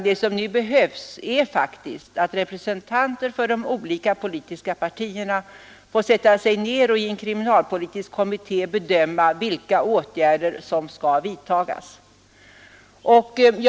Det som nu behövs är att representanter för de olika politiska partierna får sätta sig ned och i en kriminalpolitisk kommitté bedöma vilka åtgärder som skall vidtas.